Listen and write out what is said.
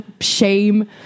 shame